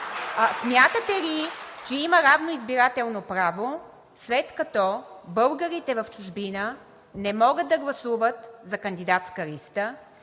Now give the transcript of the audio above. Смятате ли, че има равно избирателно право, след като българите в чужбина не могат да гласуват за кандидатска листа,